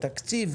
תקציב?